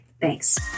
Thanks